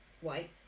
white